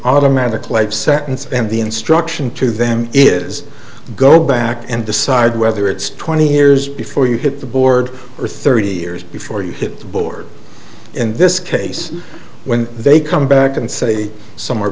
automatic life sentence and the instruction to them is go back and decide whether it's twenty years before you hit the board or thirty years before you hit the board in this case when they come back and say some